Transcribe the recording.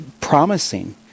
promising